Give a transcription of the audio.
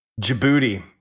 Djibouti